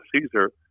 Caesar